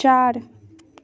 चार